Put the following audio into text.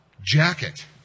jacket